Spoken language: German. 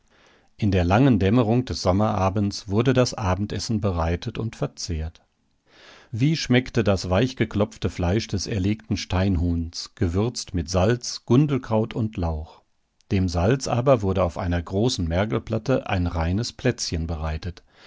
in der langen dämmerung des sommerabends wurde das abendessen bereitet und verzehrt wie schmeckte das weichgeklopfte fleisch des erlegten steinhuhns gewürzt mit salz gundelkraut und lauch dem salz aber wurde auf einer großen mergelplatte ein reines plätzchen bereitet